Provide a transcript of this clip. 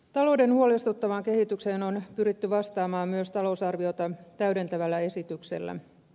talouden huolestuttavaan kehitykseen on pyritty vastaamaan myös talousarviota täydentävällä esityksellä